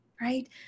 Right